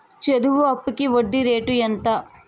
చదువు అప్పుకి వడ్డీ రేటు ఎంత?